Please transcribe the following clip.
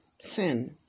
sin